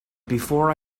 before